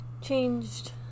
Changed